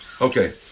Okay